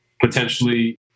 potentially